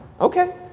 Okay